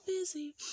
busy